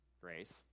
grace